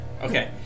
Okay